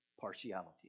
partiality